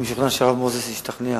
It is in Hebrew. אני משוכנע שהרב מוזס ישתכנע